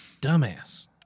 Dumbass